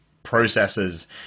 Processes